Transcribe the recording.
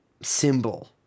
symbol